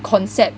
concept